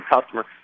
customer